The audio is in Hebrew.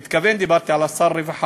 במתכוון דיברתי על שר הרווחה,